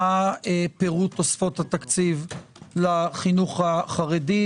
מה פירוט תוספות התקציב לחינוך החרדי,